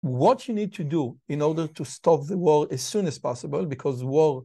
מה שאתה צריך לעשות בכדי להפסיק את המלחמה כמה שיותר מהר, כי מלחמה